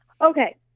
Okay